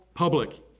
Public